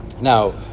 Now